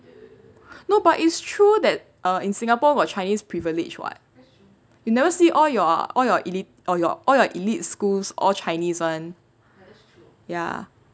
no but it's true that err in singapore got chinese privilege [what] you never see all your all your eli~ or your all your elite schools all chinese [one] ya